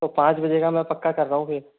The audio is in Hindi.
तो पाँच बजे का मैं पक्का कर रहा हूँ फिर